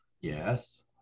yes